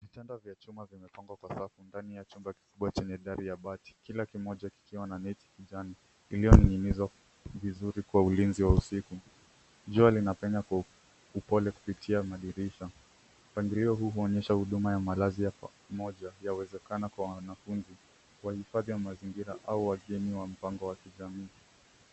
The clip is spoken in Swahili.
Vitanda vya chuma vimepangwa kwa safu ndani ya chumba kikubwa chenye dari ya mbati, kila kimoja kikiwa na neti kijani iliyo ning'inizwa vizuri kwa ulinzi wa usiku. Jua linapenya kwa upole kupitia madirisha. Mpangilio huu huonyesha huduma ya malazi ya pamoja yawezekana kwa wanafunzi, wahifadhi wa mazingira au wageni wa mpango wa kijamii.